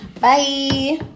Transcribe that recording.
Bye